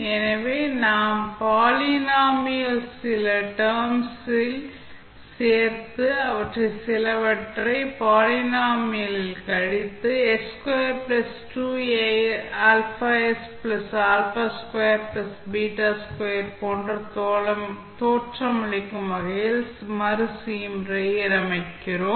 எனவே நாம் பாலினாமியல் ல் சில டெர்ம்ஸ் ஐ சேர்த்து அவற்றில் சிலவற்றை பாலினாமியல் ல் கழித்து போல தோற்றமளிக்கும் வகையில் மறுசீரமைக்கிறோம்